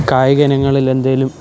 കായിക ഇനങ്ങളിലെന്തെങ്കിലും